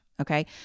Okay